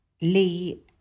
Lee